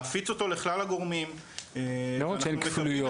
להפיץ אותו לכלל הגורמים --- לא רק שאין כפילויות,